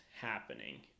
happening